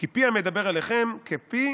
"כפי